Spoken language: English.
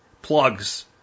plugs